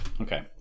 Okay